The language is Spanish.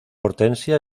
hortensia